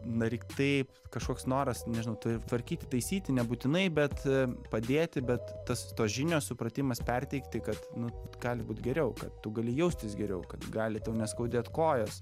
daryk taip kažkoks noras nežinau tu tvarkyti taisyti nebūtinai bet padėti bet tas tos žinios supratimas perteikti kad nu gali būt geriau kad tu gali jaustis geriau kad gali tau ne skaudėt kojos